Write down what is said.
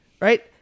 right